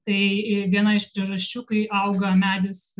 tai viena iš priežasčių kai auga medis